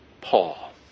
Paul